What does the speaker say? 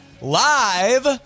live